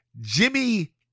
Jimmy